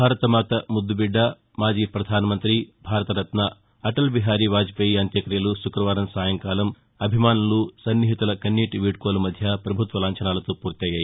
భారతమాత ముద్దుబిడ్డ మాజీ పధాని భారతరత్న అటల్ బిహారీ వాజ్పేయీ అంత్యక్తియలు శుక్రవారం సాయంకాలం అభిమాసులు సన్నిహితుల కన్నీటి వీడ్కోలు మధ్య ప్రభుత్వ లాంఛనాలతో పూర్తయ్యాయి